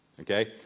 Okay